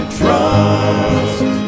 trust